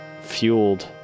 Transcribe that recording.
Fueled